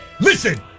listen